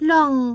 Long